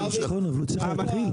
נכון אבל הוא צריך להתחיל.